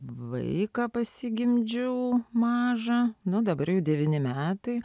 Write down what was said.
vaiką pasigimdžiau mažą nu dabar jau devyni metai